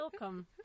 welcome